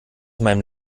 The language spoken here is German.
meinem